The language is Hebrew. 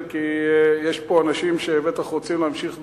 כי יש פה אנשים שבטח רוצים להמשיך לדבר.